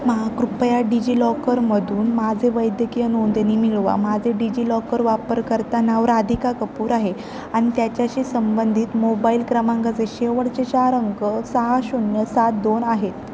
मा कृपया डिजिलॉकरमधून माझे वैद्यकीय नोंदणी मिळवा माझे डिजि लॉकर वापरकर्ता नाव राधिका कपूर आहे आणि त्याच्याशी संबंधित मोबाईल क्रमांकाचे शेवटचे चार अंक सहा शून्य सात दोन आहेत